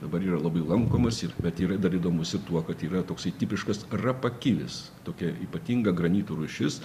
dabar yra labai lankomas ir bet yra dar įdomus ir tuo kad yra toksai tipiškas rapakilis tokia ypatinga granito rūšis